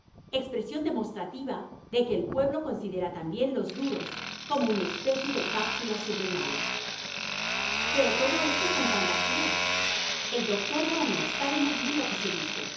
expresión demostrativa de que el pueblo considera también los duros como una especie de cápsulas subrenales pero todo esto son fantasías el doctor voronof sabe muy bien lo que se dice